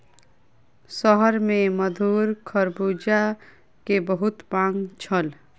शहर में मधुर खरबूजा के बहुत मांग छल